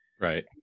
Right